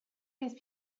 these